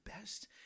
best